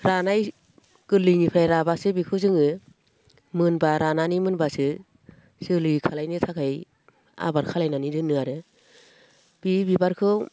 रानाय गोरलैनिफ्राय राब्लासो बेखौबो जोङो मोनब्ला रानानै मोनब्लासो जोलै खालामनो थाखाय आबार खालामनानै दोनो आरो बे बिबारखौ